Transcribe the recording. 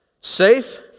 Safe